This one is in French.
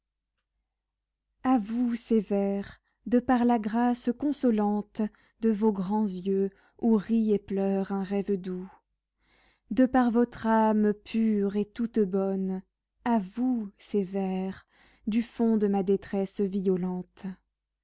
vous ces vers de par la grâce consolante de vos grands yeux où rit et pleure un rêve doux de par votre âme pure et toute bonne à vous ces vers du fond de ma détresse violente